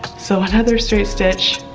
so another straight stitch